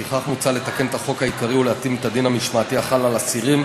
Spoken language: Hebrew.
לפיכך מוצע לתקן את החוק העיקרי ולהתאים את הדין המשמעתי החל על אסירים,